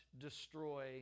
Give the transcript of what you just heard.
destroy